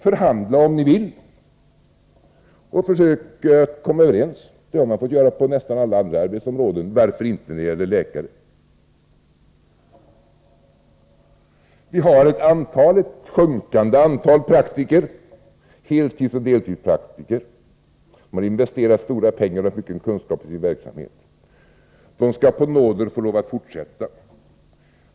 Förhandla om ni vill och försök att komma överens! Det har man fått göra på nästan alla andra arbetsområden. Varför skall det inte gå när det gäller läkare? Vi har ett sjunkande antal heltidsoch deltidspraktiker. De har investerat stora pengar och mycken kunskap i sin verksamhet. De skall på nåder få lov att fortsätta.